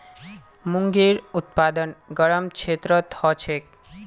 मूंगेर उत्पादन गरम क्षेत्रत ह छेक